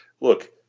look